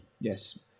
yes